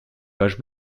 page